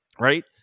Right